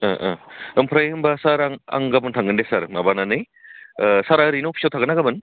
ओह ओह ओमफ्राय होमबा सार आं आं गाबोन थांगोन दे सार माबानानै सारा ओरैनो अफिसाव थागोन्ना गाबोन